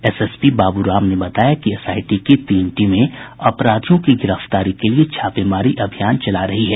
SSP Babu Ram ने बताया कि एसआईटी की तीन टीमें अपराधियों की गिरफ्तारी के लिए छापेमारी अभियान चल रही है